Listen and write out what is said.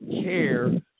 care